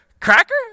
Cracker